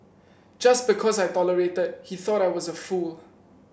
just because I tolerated he thought I was a fool